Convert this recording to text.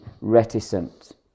reticent